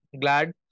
glad